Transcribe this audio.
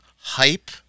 hype